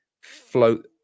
float